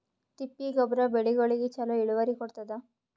ತಿಪ್ಪಿ ಗೊಬ್ಬರ ಬೆಳಿಗೋಳಿಗಿ ಚಲೋ ಇಳುವರಿ ಕೊಡತಾದ?